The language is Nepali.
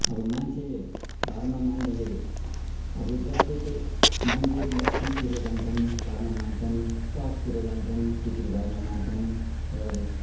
अब मान्छेले धर्म मान्दाखेरि अब जसले चाहिँ मन्दिर मस्जिदतिर जान्छन् धर्म मान्छन् चर्चतिर जान्छन् त्यसरी धर्म मान्छन् र जस